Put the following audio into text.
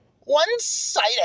One-sided